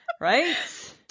right